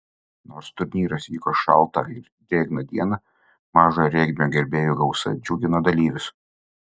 nors turnyras vyko šaltą ir drėgną dieną mažojo regbio gerbėjų gausa džiugino dalyvius